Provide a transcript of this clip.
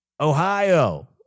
Ohio